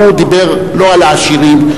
הוא דיבר לא על העשירים.